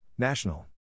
National